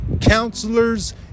Counselors